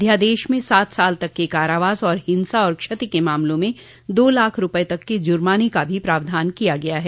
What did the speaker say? अध्यादेश में सात साल तक के कारावास और हिंसा और क्षति के मामलों में दो लाख रुपये तक के ज़र्माने का भी प्रावधान किया गया है